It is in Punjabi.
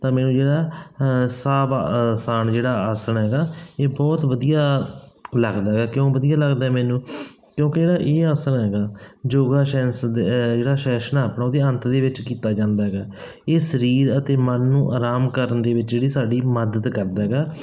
ਤਾਂ ਮੈਨੂੰ ਜਿਹੜਾ ਸ਼ਵ ਅਸਾਨ ਜਿਹੜਾ ਆਸਣ ਹੈਗਾ ਇਹ ਬਹੁਤ ਵਧੀਆ ਲੱਗਦਾ ਕਿਉਂ ਵਧੀਆ ਲੱਗਦਾ ਮੈਨੂੰ ਕਿਉਂਕਿ ਜਿਹੜਾ ਇਹ ਆਸਣ ਹੈਗਾ ਯੋਗਾ ਸੈਂਸ ਜਿਹੜਾ ਸੈਸ਼ਨ ਆਪਣਾ ਉਹਦੇ ਅੰਤ ਦੇ ਵਿੱਚ ਕੀਤਾ ਜਾਂਦਾ ਹੈਗਾ ਇਹ ਸਰੀਰ ਅਤੇ ਮਨ ਨੂੰ ਆਰਾਮ ਕਰਨ ਦੇ ਵਿੱਚ ਜਿਹੜੀ ਸਾਡੀ ਮਦਦ ਕਰਦਾ ਹੈਗਾ